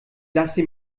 lasse